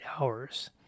hours